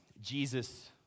Jesus